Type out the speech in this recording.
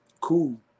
Cool